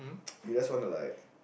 you just wanna like